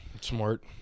Smart